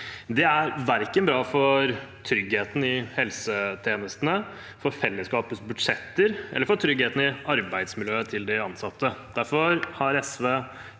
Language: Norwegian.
Det er verken bra for tryggheten i helsetjenestene, for fellesskapets budsjetter eller for tryggheten i arbeidsmiljøet til de ansatte. Derfor har SV